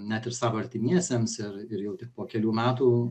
net ir savo artimiesiems ir ir jau tik po kelių metų